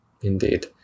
indeed